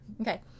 okay